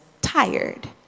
tired